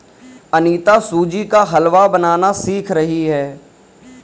अनीता सूजी का हलवा बनाना सीख रही है